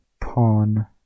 pawn